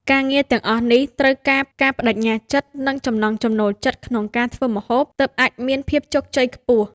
ការងារទាំងអស់នេះត្រូវការការប្តេជ្ញាចិត្ត និងចំណង់ចំណូលចិត្តក្នុងការធ្វើម្ហូបទើបអាចមានភាពជោគជ័យខ្ពស់។